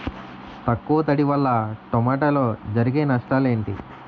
తక్కువ తడి వల్ల టమోటాలో జరిగే నష్టాలేంటి?